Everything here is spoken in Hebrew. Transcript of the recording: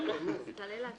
תעלה להצבעה את סעיף 8(א).